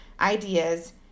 ideas